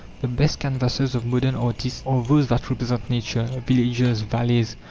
the best canvases of modern artists are those that represent nature, villages, valleys,